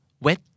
wet